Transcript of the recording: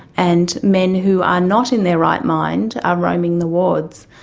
and men who are not in their right mind are roaming the wards.